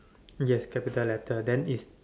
yes capital letter then is